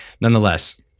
nonetheless